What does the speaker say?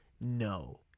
No